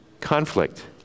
Conflict